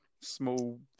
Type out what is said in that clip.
small